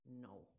No